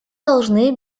должны